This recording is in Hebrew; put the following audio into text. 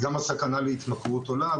גם הסכנה להתמכרות עולה.